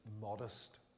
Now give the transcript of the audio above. modest